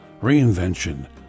reinvention